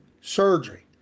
surgery